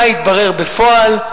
מה התברר בפועל?